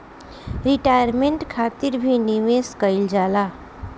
retirement खातिर भी निवेश कईल जाला